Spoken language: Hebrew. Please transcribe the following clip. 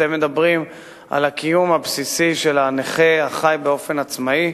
אתם מדברים על הקיום הבסיסי של הנכה החי באופן עצמאי,